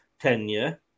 tenure